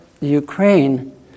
Ukraine